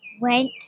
went